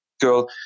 Girl